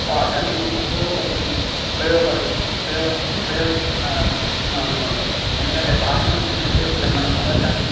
భాష మీకు ఉపయోగపడుతుంద ఉపయోగపడు ఉపయోగా ఉపయోగిస్తున్నారని మేము అనుకుంటాం ఎందుకంటే భాషను యుజ్ చేయకపోతే మన మదర్ టంగ్